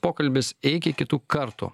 pokalbis iki kitų kartų